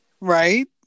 right